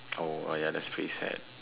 oh ya that's pretty sad